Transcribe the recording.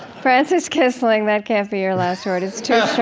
frances kissling, that can't be your last word. it's too short